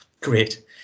Great